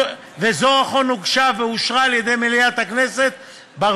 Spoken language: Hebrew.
וזו אכן הוגשה ואושרה על-ידי מליאת הכנסת ב-4